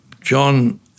John